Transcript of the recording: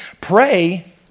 Pray